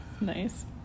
nice